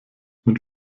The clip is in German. mit